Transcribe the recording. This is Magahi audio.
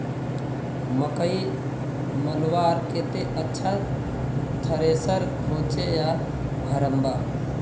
मकई मलवार केते अच्छा थरेसर होचे या हरम्बा?